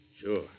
Sure